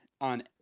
on